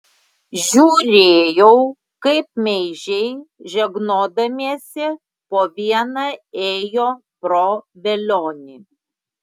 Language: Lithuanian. žiūrėjau kaip meižiai žegnodamiesi po vieną ėjo pro velionį